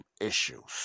issues